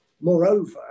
Moreover